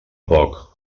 poc